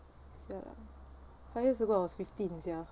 !siala! five years ago I was fifteen sia